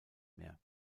mehr